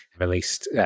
released